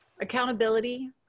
Accountability